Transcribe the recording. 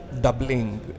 doubling